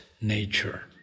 nature